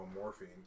morphine